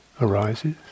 arises